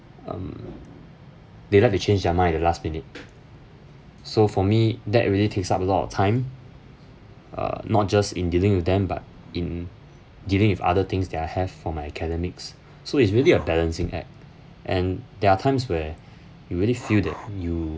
um they like to change their mind in the last minute so for me that really takes up a lot of time uh not just in dealing with them but in dealing with other things that I have for my academics so it's really a balancing act and there are times where you really feel that you